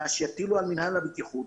אז שיטילו על מינהל הבטיחות,